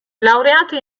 laureato